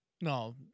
No